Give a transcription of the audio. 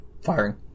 firing